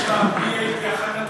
יש לך BA, זה מספיק.